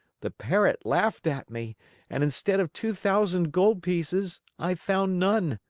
the parrot laughed at me and, instead of two thousand gold pieces, i found none.